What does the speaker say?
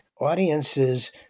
audiences